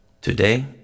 Today